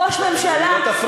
ראש ממשלה צריך,